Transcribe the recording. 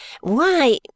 Why